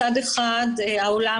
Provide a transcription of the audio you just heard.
מצד אחד העולם,